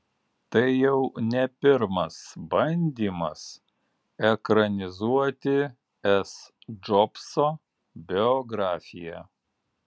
tai jau ne pirmas bandymas ekranizuoti s džobso biografiją